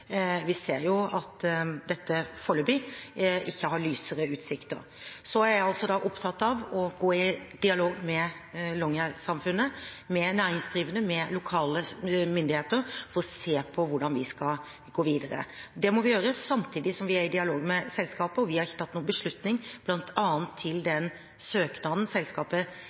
Vi ser at det foreløpig ikke er lysere utsikter. Så er jeg også opptatt av å gå i dialog med Longyearbyen-samfunnet, med næringsdrivende og med lokale myndigheter for å se på hvordan vi skal gå videre. Det må vi gjøre samtidig som vi er i dialog med selskapet. Vi har ikke tatt noen beslutning bl.a. om den søknaden selskapet